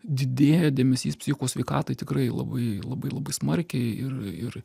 didėja dėmesys psichikos sveikatai tikrai labai labai labai smarkiai ir ir